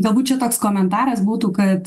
galbūt čia toks komentaras būtų kad